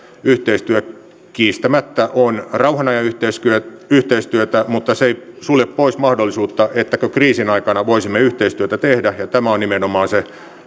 yhteistyö kiistämättä on rauhan ajan yhteistyötä mutta se ei sulje pois mahdollisuutta ettemmekö kriisin aikana voisi yhteistyötä tehdä ja tämä on nimenomaan se